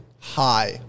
Hi